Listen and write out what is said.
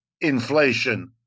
inflation